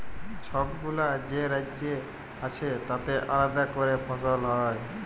ছবগুলা যে রাজ্য আছে তাতে আলেদা ক্যরে ফসল হ্যয়